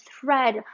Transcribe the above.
thread